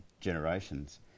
generations